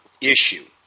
issue